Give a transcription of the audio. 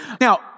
Now